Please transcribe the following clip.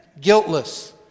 Guiltless